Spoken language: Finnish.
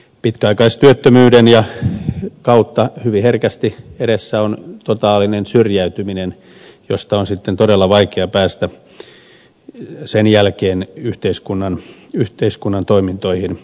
pitkäaikaistyöttömyyden kautta hyvin herkästi edessä on totaalinen syrjäytyminen jonka jälkeen on sitten todella vaikea päästä yhteiskunnan toimintoihin mukaan